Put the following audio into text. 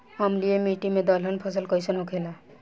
अम्लीय मिट्टी मे दलहन फसल कइसन होखेला?